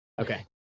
Okay